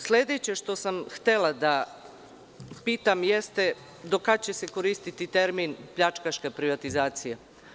Sledeće što sam htela da pitam jeste – do kada će se koristiti termin „pljačkaška privatizacija“